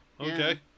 Okay